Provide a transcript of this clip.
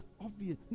obvious